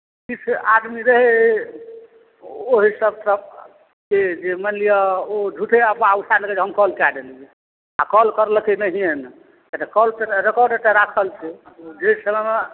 किछु आदमी रहै ओहि सभसँ से जे मानि लिअ ओ झूठे अफवाह उठा देने रहै जे हम कॉल कए देलियै आ कॉल करलकै नहिए ने किया तऽ कॉल रिकॉर्ड एतय राखल छै जाहि समयमे